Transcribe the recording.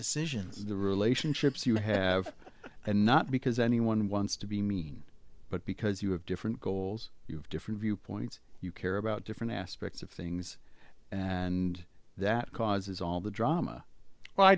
decisions the relationships you have and not because anyone wants to be mean but because you have different goals you have different viewpoints you care about different aspects of things and that causes all the drama